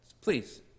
please